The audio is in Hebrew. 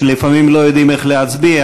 שלפעמים לא יודעים איך להצביע,